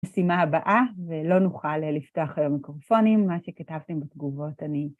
משימה הבאה, ולא נוכל לפתוח מיקרופונים, מה שכתבתם בתגובות אני...